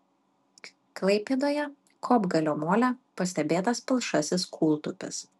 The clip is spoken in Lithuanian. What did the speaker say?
klaipėdoje kopgalio mole pastebėtas palšasis kūltupis